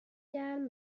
گرم